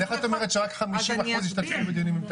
אז איך את אומרת שרק 50% השתתפו בדיונים עם תקלות?